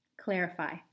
clarify